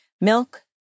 milk